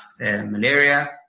malaria